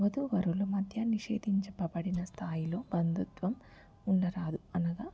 వధూవరుల మధ్య నిషేధించబడిన స్థాయిలో బంధుత్వం ఉండరాదు అనగా